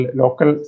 local